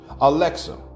Alexa